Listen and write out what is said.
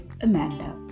Amanda